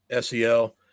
SEL